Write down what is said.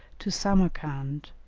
to samarcand,